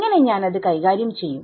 എങ്ങനെ ഞാൻ അത് കൈകാര്യം ചെയ്യും